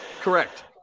Correct